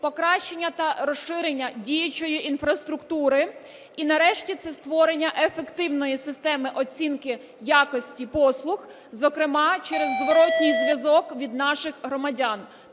покращення та розширення діючої інфраструктури і, нарешті, це створення ефективної системи оцінки якості послуг, зокрема через зворотній зв'язок від наших громадян.